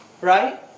right